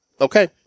Okay